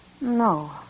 No